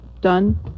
Done